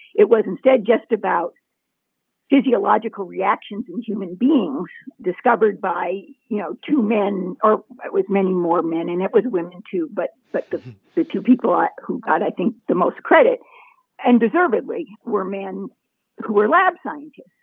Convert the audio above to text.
it was instead just about physiological reactions in human beings discovered by, you know, two men or with many more men and it was women too. but so the two people ah who got i think the most credit and deservedly were men who were lab scientists.